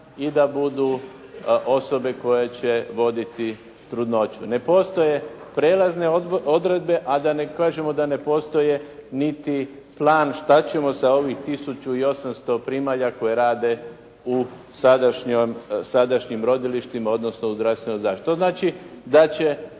i da budu osobe koje će voditi trudnoću. Ne postoje prijelazne odredbe a da ne kažemo da ne postoje niti plan šta ćemo sa ovih 1800 primalja koje rade u sadašnjim rodilištima, odnosno u zdravstvenoj zaštiti, To znači da će